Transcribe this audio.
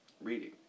reading